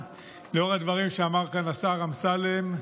לנוכח הדברים שאמר כאן השר אמסלם,